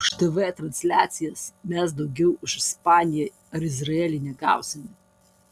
už tv transliacijas mes daugiau už ispaniją ar izraelį negausime